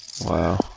wow